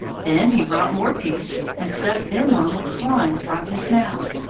then he brought more pieces and stuck them on with slime from his mouth.